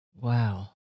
Wow